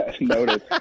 Noted